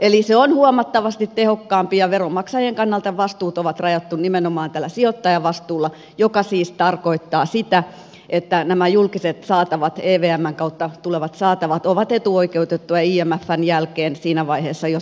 eli se on huomattavasti tehokkaampi ja veronmaksajien kannalta vastuut on rajattu nimenomaan tällä sijoittajavastuulla joka siis tarkoittaa sitä että nämä julkiset saatavat evmn kautta tulevat saatavat ovat etuoikeutettuja imfn jälkeen siinä vaiheessa jos rytisee